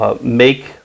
make